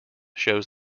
shows